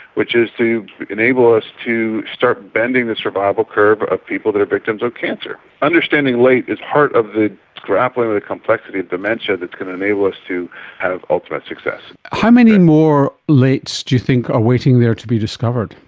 which is to enable us to start bending the survival curve of people who are victims of cancer. understanding late is part of the grappling with the complexity of dementia that's going to enable us to have ultimate success. how many more lates do you think are waiting there to be discovered?